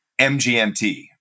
MGMT